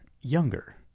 younger